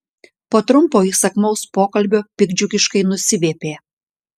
po trumpo įsakmaus pokalbio piktdžiugiškai nusiviepė